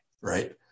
right